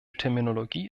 terminologie